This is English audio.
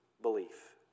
belief